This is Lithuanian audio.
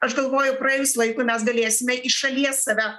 aš galvoju praėjus laikui mes galėsime iš šalies save